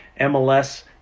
mls